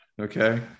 Okay